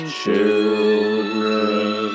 children